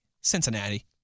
Cincinnati